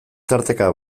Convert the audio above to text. tarteka